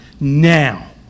now